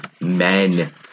men